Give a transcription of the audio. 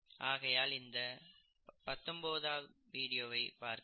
ஆகையால் இந்த 19 ஆம் வீடியோவை பார்க்கவும்